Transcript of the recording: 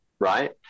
Right